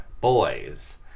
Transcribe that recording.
boys